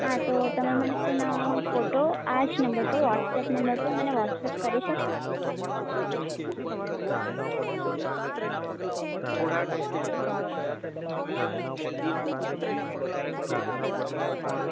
હા તો તમે મને તેના ફોટો આ જ નંબર પર વ્હોટ્સએપ નંબર પર મને વ્હોટ્સએપ કરી શકો